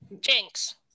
jinx